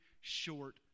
short